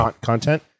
content